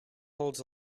holds